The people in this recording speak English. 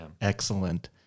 excellent